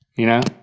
you know,